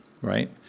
right